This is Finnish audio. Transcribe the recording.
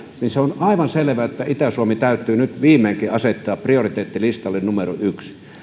on aivan selvää että itä suomi täytyy nyt viimeinkin asettaa prioriteettilistalle numero yksi